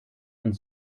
und